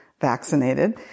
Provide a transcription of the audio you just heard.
vaccinated